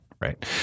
Right